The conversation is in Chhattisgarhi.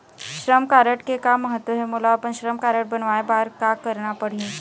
श्रम कारड के का महत्व हे, मोला अपन श्रम कारड बनवाए बार का करना पढ़ही?